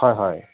হয় হয়